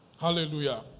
Hallelujah